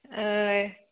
औ